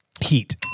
Heat